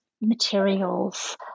materials